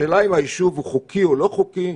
והשאלה אם היישוב הוא חוקי או לא חוקי,